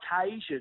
occasion